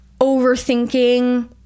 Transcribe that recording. overthinking